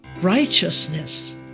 righteousness